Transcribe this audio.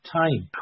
time